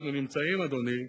אנחנו נמצאים, אדוני,